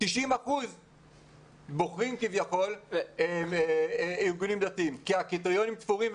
90% בוחרים כביכול ארגונים דתיים כי הקריטריונים תפורים,